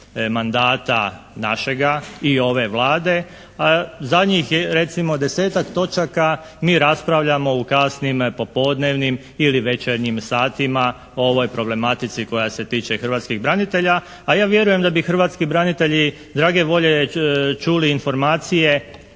mandata našega i ove Vlade, a zadnjih je recimo desetak točaka mi raspravljamo u kasnim popodnevnim ili večernjim satima o ovoj problematici koja se tiče hrvatskih branitelja, a ja vjerujem da bi hrvatski branitelji drage volje čuli informacije,